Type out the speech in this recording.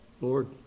Lord